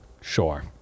sure